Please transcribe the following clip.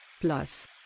Plus